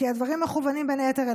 כי הדברים מכוונים אליך, בין היתר.